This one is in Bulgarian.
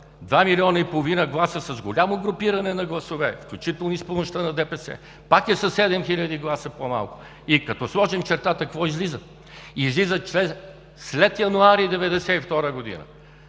Стоянов – 2,5 млн. гласа с голямо групиране на гласове, включително и с помощта на ДПС, пак е със 7 хил. гласа по-малко. И като сложим чертата, какво излиза? Излиза, че след януари 1992 г.,